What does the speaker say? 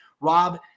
Rob